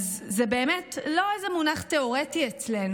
אז זה באמת לא איזה מונח תיאורטי אצלנו,